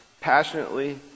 passionately